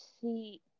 see